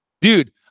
Dude